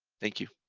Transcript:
thank you!